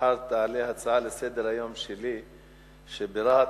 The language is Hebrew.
מחר תעלה הצעה לסדר-היום שלי על כך שברהט